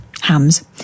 hams